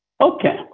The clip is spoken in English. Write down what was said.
Okay